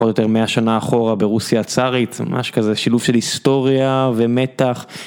עוד יותר מאה שנה אחורה ברוסיה הצרית, ממש כזה שילוב של היסטוריה ומתח...